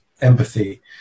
empathy